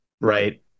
right